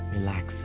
Relax